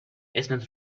اسمت